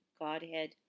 Godhead